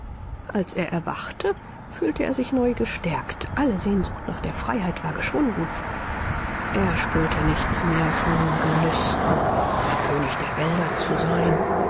als er erwachte fühlte er sich neu gestärkt alle sehnsucht nach der freiheit war geschwunden er spürte nichts mehr von gelüsten ein könig der wälder zu sein